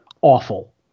awful